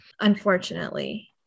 unfortunately